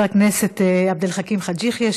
תודה רבה לחבר הכנסת עבד אל חכים חאג' יחיא,